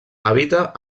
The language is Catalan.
habita